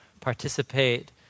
participate